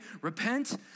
Repent